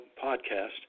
podcast